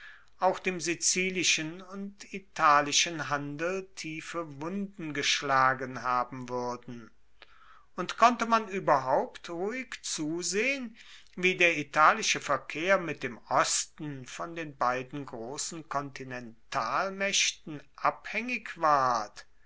auch dem sizilischen und italischen handel tiefe wunden geschlagen haben wuerden und konnte man ueberhaupt ruhig zusehen wie der italische verkehr mit dem osten von den beiden grossen kontinentalmaechten abhaengig ward